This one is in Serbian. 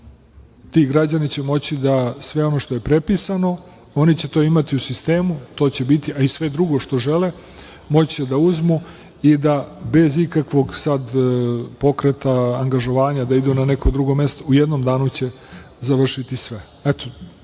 Ti građani će moći da sve ono što je prepisano, oni će to imati u sistemu, a i sve drugo što žele moći će da uzmu i da bez ikakvog pokreta, angažovanja da idu na neko drugo mesto. U jednom danu će završiti sve.Za